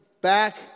back